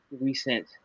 recent